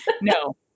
No